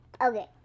Okay